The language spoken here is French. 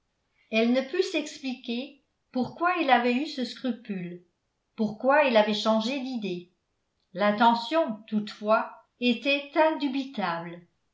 elle ne put s'expliquer pourquoi il avait eu ce scrupule pourquoi il avait changé d'idée l'intention toutefois était indubitable